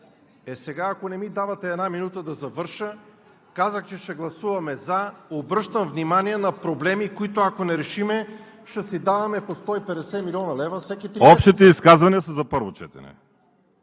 Е, сега ако не ми давате една минута да завърша… Казах, че ще гласуваме „за“. Обръщам внимание на проблеми, които ако не решим, ще си даваме по 150 милиона лева всеки три месеца.